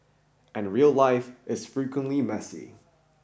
and real life is frequently messy